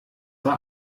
war